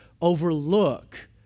overlook